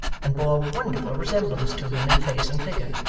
and bore a wonderful resemblance to him in face and figure,